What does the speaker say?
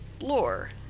Lore